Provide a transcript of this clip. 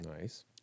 Nice